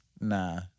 Nah